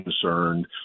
concerned